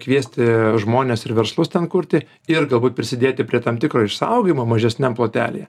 kviesti žmones ir verslus ten kurti ir galbūt prisidėti prie tam tikro išsaugojimo mažesniam plotelyje